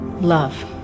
Love